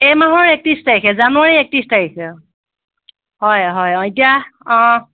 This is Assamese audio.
এই মাহৰ একত্ৰিছ তাৰিখে জানুৱাৰী একত্ৰিছ তাৰিখে হয় হয় এতিয়া অঁ